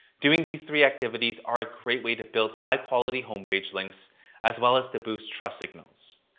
doing these three activities are a great way to build high quality homepage links as well as to boost trust signals.